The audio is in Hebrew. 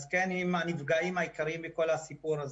אז היא מהנפגעים העיקריים מכל הסיפור הזה.